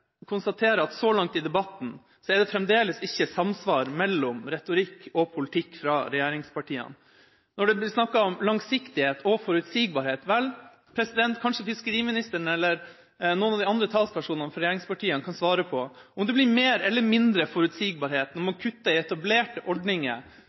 at så langt i debatten er det fremdeles ikke samsvar mellom retorikk og politikk fra regjeringspartiene. Når det blir snakket om langsiktighet og forutsigbarhet, kan kanskje fiskeriministeren eller noen av de andre talspersonene for regjeringspartiene svare på om det blir mer eller mindre forutsigbarhet når